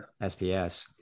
SPS